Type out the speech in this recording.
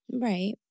Right